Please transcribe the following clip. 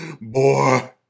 boy